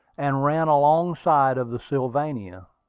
and ran alongside of the sylvania.